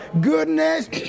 goodness